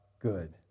good